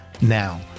Now